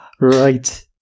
Right